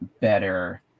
better